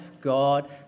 God